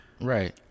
Right